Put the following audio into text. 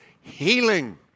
healing